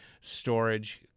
storage